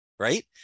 Right